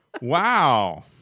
wow